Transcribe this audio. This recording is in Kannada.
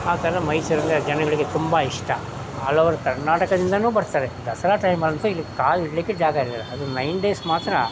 ಆ ಥರ ಮೈಸೂರಲ್ಲಿ ಆ ಜನಗಳಿಗೆ ತುಂಬ ಇಷ್ಟ ಹಲವಾರು ಕರ್ನಾಟಕದಿಂದಲೂ ಬರ್ತಾರೆ ದಸರಾ ಟೈಮಲ್ಲಂತೂ ಇಲ್ಲಿಗೆ ಕಾಲು ಇಡಲಿಕ್ಕೆ ಜಾಗ ಇರೋಲ್ಲ ಅದು ನೈನ್ ಡೇಸ್ ಮಾತ್ರ